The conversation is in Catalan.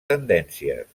tendències